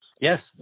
Yes